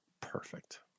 Perfect